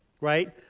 right